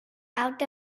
out